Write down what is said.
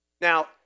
Now